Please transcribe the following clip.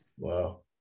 Wow